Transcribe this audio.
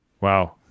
Wow